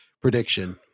prediction